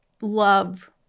love